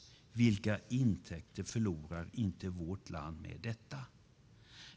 Vilka intäkter förlorar inte vårt land i och med detta?